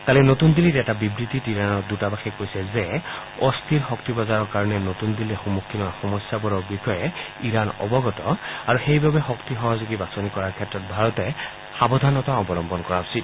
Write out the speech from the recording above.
কালি নতুন দিল্লীত এটা বিবৃতিত ইৰাণৰ দূতাবাসে কৈছে যে অস্থিৰ শক্তি বজাৰৰ কাৰণে নতুন দিল্লীয়ে সন্মুখীন হোৱা সমস্যাবোৰৰ বিষয়ে ইৰাণ অৱগত আৰু সেইবাবে শক্তি সহযোগী বাছনি কৰাৰ ক্ষেত্ৰত ভাৰতে সাৱধানতা অৱলম্বন কৰা উচিত